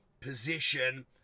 position